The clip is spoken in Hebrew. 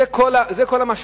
זה כל המשמעות.